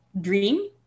dream